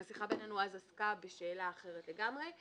והשיחה בינינו אז עסקה בשאלה אחרת לגמרי.